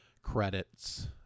credits